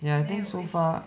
ya I think so far